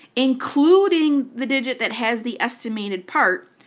including the digit that has the estimated part,